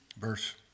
verse